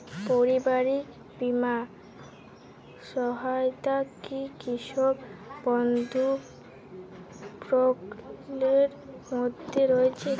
পারিবারিক বীমা সহায়তা কি কৃষক বন্ধু প্রকল্পের মধ্যে রয়েছে?